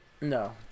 no